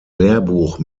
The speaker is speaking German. lehrbuch